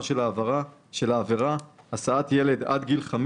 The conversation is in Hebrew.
של העבירה "10 ב 83ד הסעת ילד עד גיל 5